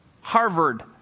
Harvard